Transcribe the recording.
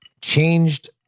changed